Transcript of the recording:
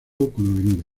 con